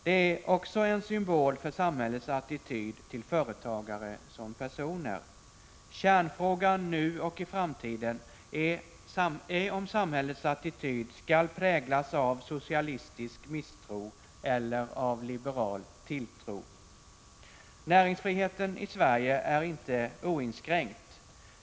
Den är också en symbol för samhällets attityd till företagare som personer. Kärnfrågan nu och i framtiden är om samhällets attityd skall präglas av socialistisk misstro eller av liberal tilltro. Näringsfriheten i Sverige är inte oinskränkt.